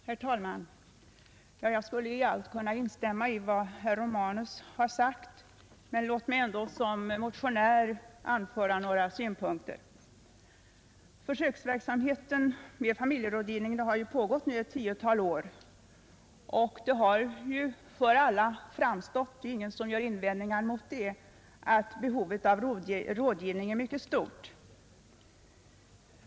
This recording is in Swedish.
Herr talman! Jag kan i allt instämma i vad herr Romanus har sagt, men låt mig ändå som motionär anföra några synpunkter. Försöksverksamheten med familjerådgivningen har pågått ett tiotal år, och det har stått klart för alla att behovet av rådgivning är mycket stort.